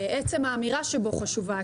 עצם האמירה שבו חשובה,